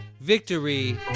Victory